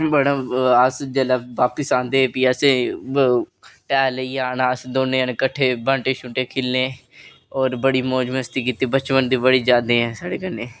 बड़ा ओह् जेल्लै अस बापस आंदे हे टायर लेइयै आना दौनें प्ही बांह्टे खेल्लने होर बड़ी मौज़ मस्ती कीती बचपन दी बड़ी यादां न साढ़े कन्नै